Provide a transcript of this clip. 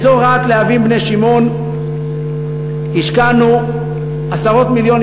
באזור רהט-להבים בני-שמעון השקענו עשרות מיליונים,